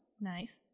Nice